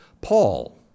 Paul